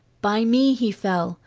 by me he fell,